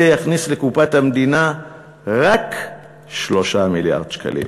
יכניס לקופת המדינה רק 3 מיליארד שקלים.